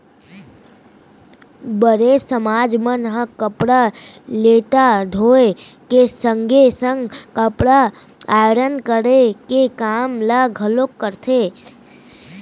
बरेठ समाज मन ह कपड़ा लत्ता धोए के संगे संग कपड़ा आयरन करे के काम ल घलोक करथे